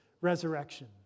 resurrection